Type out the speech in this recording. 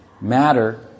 matter